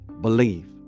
believe